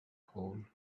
whole